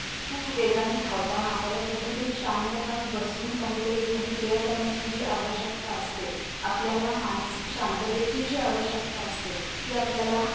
खूप वेगाने धावताना आपल्याला कुठंतरी शांतपणे बसून काहीतरी एखादी क्रिया करण्याची जी आवश्यकता असते आपल्याला मानसिक शांततेची जी आवश्यकता असते ती आपल्याला